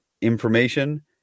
information